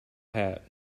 hat